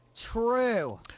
true